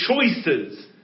choices